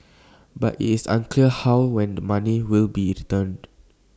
but IT is unclear how and when the money will be returned